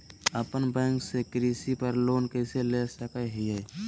अपना बैंक से कृषि पर लोन कैसे ले सकअ हियई?